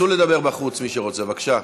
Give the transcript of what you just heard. צאו לדבר בחוץ, מי שרוצה, בבקשה.